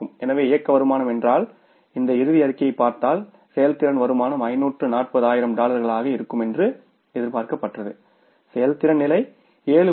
எனவே operating income என்றால் இந்த இறுதி அறிக்கையைப் பார்த்தால் செயல்திறன் வருமானம் 540 ஆயிரம் டாலர்களாக இருக்கும் என்று எதிர்பார்க்கப்பட்டது செயல்திறன் நிலை 7